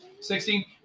Sixteen